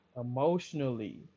emotionally